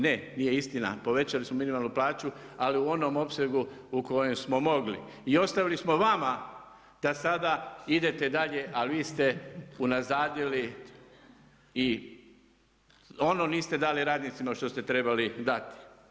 Ne, nije istina, povećali smo minimalnu plaću ali u onom opsegu u kojem smo mogli i ostavili smo vama da sada idete dalje, a vi ste unazadili i ono niste dali radnicima što ste trebali dati.